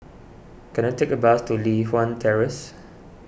can I take a bus to Li Hwan Terrace